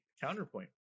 counterpoint